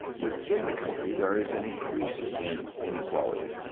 within the country there is an increase in inequality.